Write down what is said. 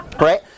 right